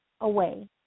away